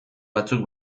batzuk